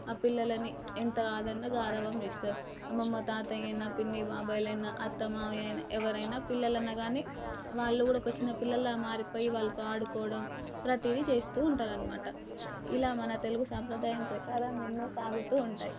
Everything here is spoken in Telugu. ఆ పిల్లల్ని ఎంత కాదన్నా గారాబం చేస్తారు అమ్మమ తాతయ్య అయినా పిన్ని బాబాయ్లైనా అత్త మావయ్య అయినా ఎవరైనా పిల్లల్ని గానీ వాళ్ళు కూడా ఒక చిన్న పిల్లల్లా మారిపోయి వాళ్ళతో ఆడుకోవడం ప్రతిదీ చేస్తూ ఉంటారనమాట ఇలా మన తెలుగు సంప్రదాయం ప్రకారం ఎన్నో సాగుతూ ఉంటాయి